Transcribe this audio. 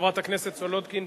חברת הכנסת סולודקין,